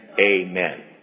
amen